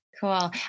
Cool